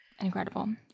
incredible